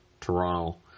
Toronto